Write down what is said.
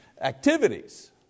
activities